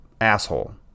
asshole